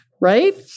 Right